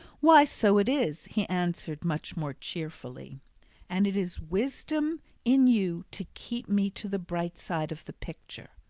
why, so it is, he answered much more cheerfully and it is wisdom in you to keep me to the bright side of the picture.